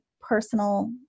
personal